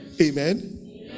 Amen